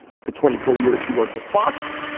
for twenty four years. she worked at fox.